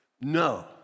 No